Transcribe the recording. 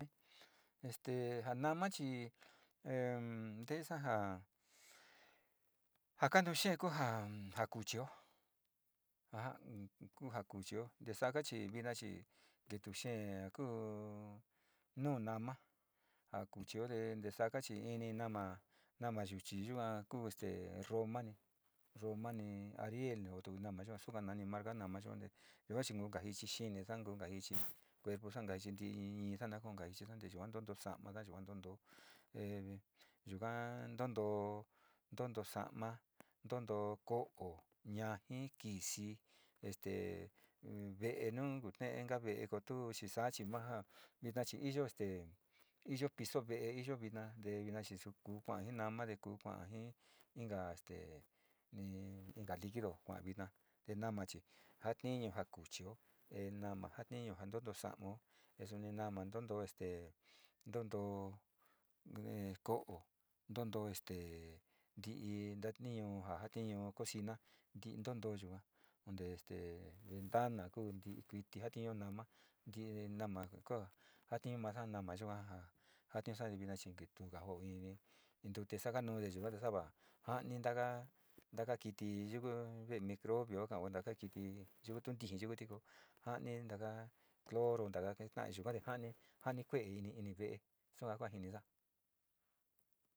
Este ja noma chi e nteesa ja ja kanu xee ku jaja kuchiyo, aja ja kuchio te sa kachi vina chi te tuu xee kuu nu nama ja kuchio te saaa ka chi ini nama yuchi yua kuu este romani, ariel ni io to nama suka nani marca nama yuate yuka chi ni ku kaji xini ni ngu chi inti'ii na koinka kajichisa ntutoo sa'ama yuga ntuntoo e yukaa ntantóó, ntontóó sa'ama, ntontóó ko'o, naji kisi este ve'e nu kunte'esa ve'e ko tu chi sa'a chi maa vina chi iyo ste iyo piso ve'e te iyo vina tee vina chi su kuu jinama te ku kua ji inka este ni inka liquidu, kua'a vina te nama chi ja tinu ja kuchio e nama ja kii yo ja ntontóó sa'amao te suni nama ntontoo este ntontóó ko'o ntontoo este nti'ii tentio ja jatiñu cocina, nti'ii ntontoo yaa onte ventana ja kuu nti'ii kuiti jatiuyo nama, ntii nama kuga jatiun masa, nama yuga ja jatiunsa te vina chii ke tuuga ja vivi ntote saganu yuate va ja'ani taga taka kiti yuka ve microbio kaka'ao kuenta kiti yukuti tu ntiji yukutiko ko ja'ani taka cloro taka keta'a yuka te ja'ani kuee ini ve'e sua ku ja jinisa